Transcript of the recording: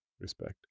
respect